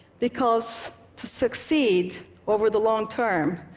because to succeed over the long term,